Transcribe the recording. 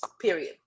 period